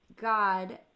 God